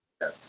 Yes